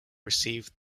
receive